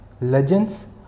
legends